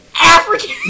African